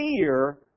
fear